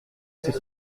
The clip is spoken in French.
c’est